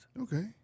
Okay